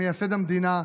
מייסד המדינה,